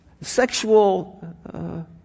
sexual